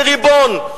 כריבון,